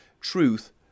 truth